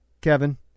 Kevin